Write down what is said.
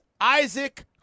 Isaac